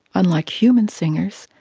unlike human singers,